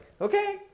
okay